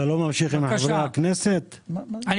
אני